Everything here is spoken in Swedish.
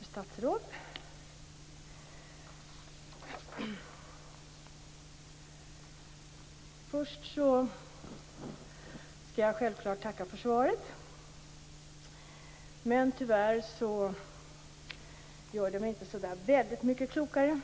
Fru talman! Fru statsråd! Först skall jag självfallet tacka för svaret. Tyvärr gör det mig inte så väldigt mycket klokare.